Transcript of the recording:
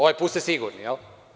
Ovaj put ste sigurni, jel?